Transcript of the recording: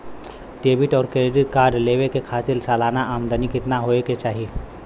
Debit और credit card लेवे के खातिर सलाना आमदनी कितना हो ये के चाही?